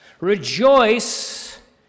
Rejoice